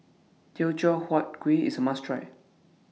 Teochew Huat Kuih IS A must Try